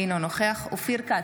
אינו נוכח אופיר כץ,